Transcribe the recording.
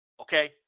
okay